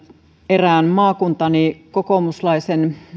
erään maakuntani kokoomuslaisen